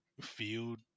field